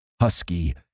husky